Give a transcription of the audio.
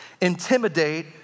intimidate